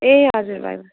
ए हजुर हजुर